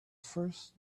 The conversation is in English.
first